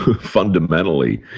fundamentally